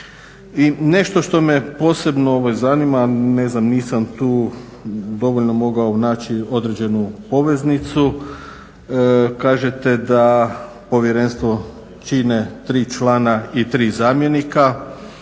I nešto što me posebno zanima, nisam tu dovoljno mogao naći određenu poveznicu. Kažete da povjerenstvo čine tri člana i tri zamjenika